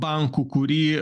bankų kurį